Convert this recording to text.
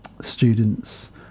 students